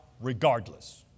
regardless